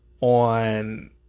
on